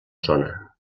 zona